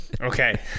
Okay